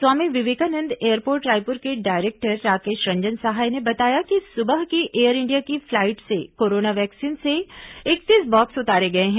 स्वामी Vivekananda airport Raipur के director Rakesh Ranjan Sahay ने बताया कि सुबह की एयर इंडिया की फ्लाइट से कोरोना वैक्सीन के इकतीस बॉक्स उतारे गए हैं